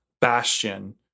bastion